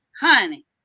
honey